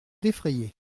défrayées